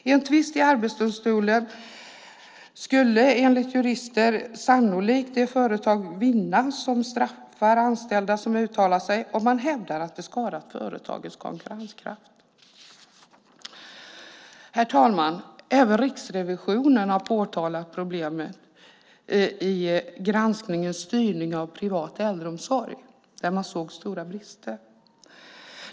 I en tvist i Arbetsdomstolen skulle enligt jurister sannolikt det företag vinna som straffar anställda som uttalar sig om de hävdar att det skadar företagets konkurrenskraft. Herr talman! Även Riksrevisionen har påtalat problemet i granskningen Styrning av privat äldreomsorg där man såg stora brister.